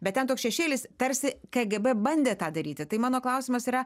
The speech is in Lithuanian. bet ten toks šešėlis tarsi kgb bandė tą daryti tai mano klausimas yra